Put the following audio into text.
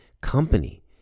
company